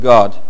God